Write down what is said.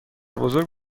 بزرگ